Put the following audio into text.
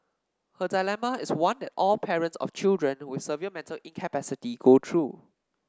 her dilemma is one that all parents of children with severe mental incapacity go through